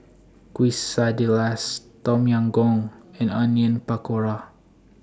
Quesadillas Tom Yam Goong and Onion Pakora